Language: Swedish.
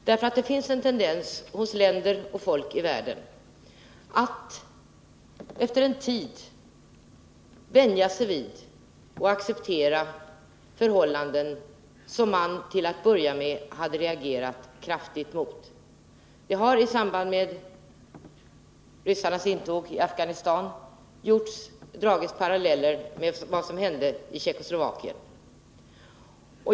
Det finns nämligen en tendens hos länder och folk i världen att efter en tid vänja sig vid och acceptera förhållanden som de till att börja med hade reagerat kraftigt emot. Det hari Nr 66 samband med ryssarnas intåg i Afghanistan dragits paralleller med vad som Fredagen den hände i Tjeckoslovakien.